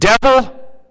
Devil